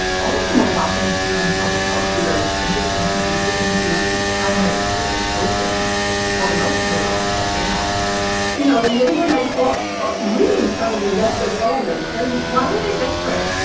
all of them were watching. sweden's public health leaders insist on keeping businesses and primary schools open while the rest of the world shut down you know, and they were like all really sounding desperate. all of them. and why were they desperate?